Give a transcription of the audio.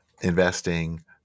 investing